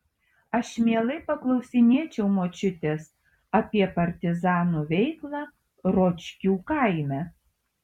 aš mielai paklausinėčiau močiutės apie partizanų veiklą ročkių kaime